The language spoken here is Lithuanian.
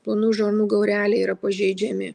plonųjų žarnų gaureliai yra pažeidžiami